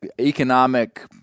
economic